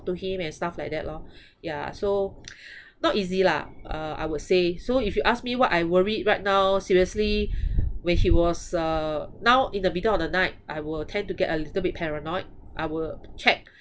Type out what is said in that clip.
to him and stuff like that lor ya so not easy lah uh I would say so if you ask me what I worried right now seriously when he was uh now in the middle of the night I will tend to get a little bit paranoid I will check